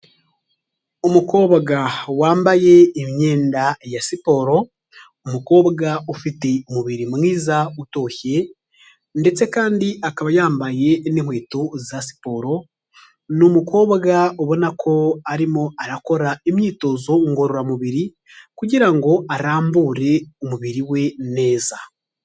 Umukobwa wambaye imyenda ya siporo, umukobwa ufite umubiri mwiza utoshye ndetse kandi akaba yambaye n'inkweto za siporo, ni umukobwa ubona ko arimo arakora imyitozo ngororamubiri kugira ngo arambure umubiri we neza.